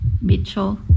Mitchell